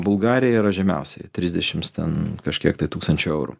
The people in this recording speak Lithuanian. bulgarija yra žemiausiai trisdešims ten kažkiek tai tūkstančių eurų